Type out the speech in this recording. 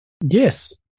Yes